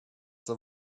the